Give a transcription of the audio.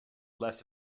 less